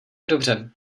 dobře